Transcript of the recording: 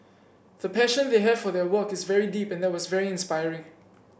the passion they have for their work is very deep and that was very inspiring